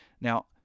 Now